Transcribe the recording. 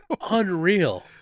Unreal